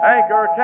Anchor